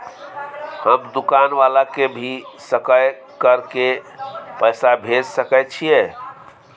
हम दुकान वाला के भी सकय कर के पैसा भेज सके छीयै?